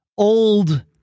old